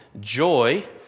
joy